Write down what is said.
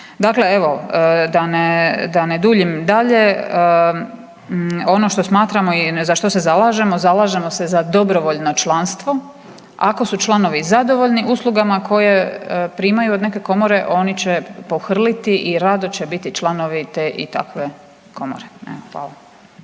Dakle evo da ne, da ne duljim dalje ono što smatramo i za što se zalažemo, zalažemo se za dobrovoljno članstvo. Ako su članovi zadovoljni uslugama koje primaju od neke komore oni će pohrliti i rado će biti članovi te i takve komore, ne. Hvala.